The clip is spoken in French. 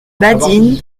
badine